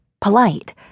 polite